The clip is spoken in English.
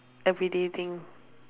everyday thing